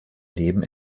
leben